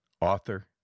author